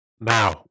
Now